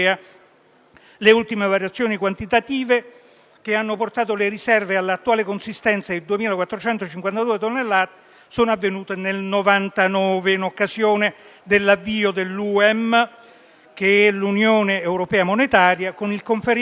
Le ultime variazioni quantitative, che hanno portato le riserve alle attuali consistenze di 2.452 tonnellate, sono avvenute all'inizio del 1999, in occasione dell'avvio dell'Unione europea monetaria (UEM), con il conferimento